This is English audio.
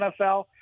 NFL